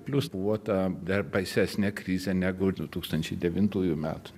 plius buvo ta dar baisesnė krizė negu du tūkstančiai devintųjų metų